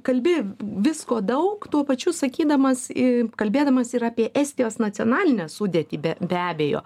kalbi visko daug tuo pačiu sakydamas į kalbėdamas ir apie estijos nacionalinę sudėtį be be abejo